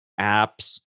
apps